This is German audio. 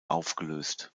aufgelöst